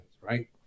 right